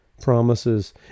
promises